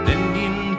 Indian